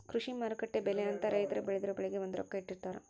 ಕೃಷಿ ಮಾರುಕಟ್ಟೆ ಬೆಲೆ ಅಂತ ರೈತರು ಬೆಳ್ದಿರೊ ಬೆಳೆಗೆ ಒಂದು ರೊಕ್ಕ ಇಟ್ಟಿರ್ತಾರ